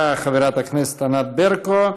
תודה, חברת הכנסת ענת ברקו.